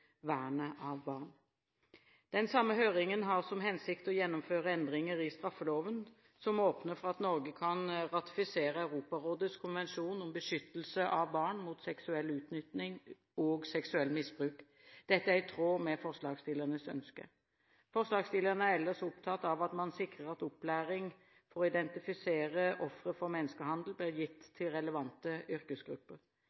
vernet av barn. Den samme høringen har som hensikt å gjennomføre endringer i straffeloven, som åpner for at Norge kan ratifisere Europarådets konvensjon om beskyttelse av barn mot seksuell utnytting og seksuelt misbruk. Dette er i tråd med forslagsstillernes ønske. Forslagsstillerne er ellers opptatt av at man sikrer at opplæring for å identifisere ofre for menneskehandel blir gitt